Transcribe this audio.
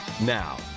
Now